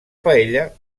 paella